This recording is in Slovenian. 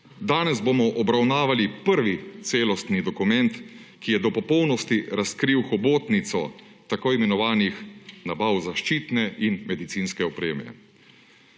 Danes bomo obravnavali prvi celostni dokument, ki je do popolnosti razkril hobotnico tako imenovanih nabav zaščitne in medicinske opreme.